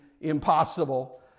impossible